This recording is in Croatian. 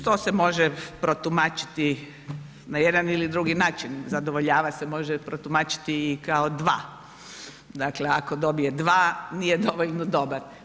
To se može protumačiti na jedan ili drugi način, zadovoljava se može protumačiti i kao dva, dakle, ako dobije 2, nije dovoljno dobar.